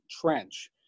trench